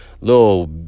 little